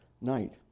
night